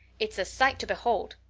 it's a sight to behold.